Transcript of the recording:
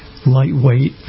lightweight